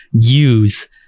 use